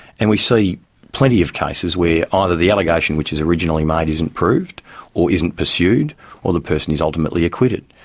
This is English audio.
and we see plenty of cases where ah either the allegation which is originally made isn't proved or isn't pursued or the person is ultimately acquitted.